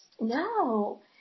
No